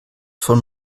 von